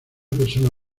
persona